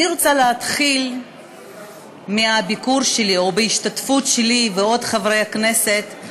אני רוצה להתחיל מהביקור שלי או ההשתתפות שלי ושל עוד חברי כנסת,